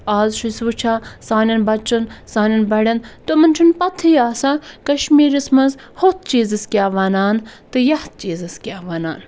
آز چھُ أسۍ وٕچھان سانٮ۪ن بَچَن سانٮ۪ن بَڑٮ۪ن تِمَن چھُنہٕ پَتہٕ ہٕے آسان کَشمیٖرَس مَنٛز ہُتھ چیٖزَس کیٛاہ وَنان تہٕ یَتھ چیٖزَس کیٛاہ وَنان